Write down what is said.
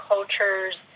cultures